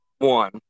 one